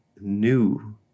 new